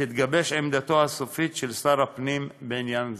תתגבש עמדתו הסופית של שר הפנים בעניין הזה.